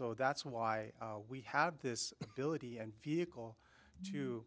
so that's why we had this ability and vehicle to